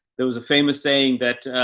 there was a famous saying that,